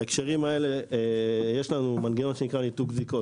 בהקשרים האלה יש לנו מנגנון שנקרא ריכוז בדיקות,